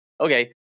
okay